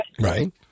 Right